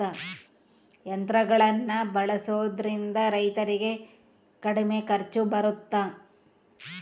ಯಂತ್ರಗಳನ್ನ ಬಳಸೊದ್ರಿಂದ ರೈತರಿಗೆ ಕಡಿಮೆ ಖರ್ಚು ಬರುತ್ತಾ?